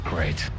Great